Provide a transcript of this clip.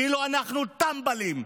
כאילו אנחנו טמבלים.